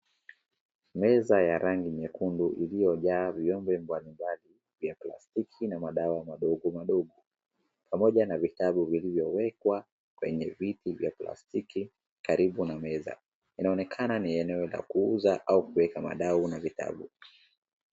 Meza ya rangi nyekundu iliyojaa vyombo mbali mbali vya plastiki, na madawa madogo madogo, pamoja na vitabu vilivyowekwa kwenye viti vya plastiki karibu na meza. Inaonekana ni eneo la kuuza au kuweka madawa na vitabu.